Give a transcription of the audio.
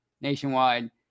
Nationwide